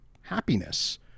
happiness